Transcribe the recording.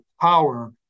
power